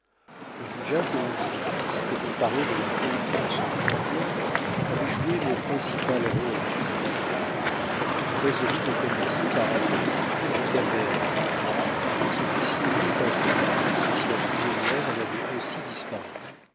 on jugea que l'individu qui s'était emparé de la peau d'ours du jongleur avait joué le principal rôle dans cette affaire et l'on résolut de commencer par aller visiter la caverne pour voir ce qui s'y était passé et si la prisonnière en avait aussi disparu